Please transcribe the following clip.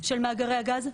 של מאגרי הגז,